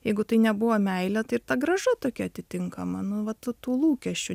jeigu tai nebuvo meilė tai ir ta grąža tokia atitinkama nu vat tų lūkesčių